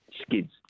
skids